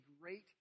great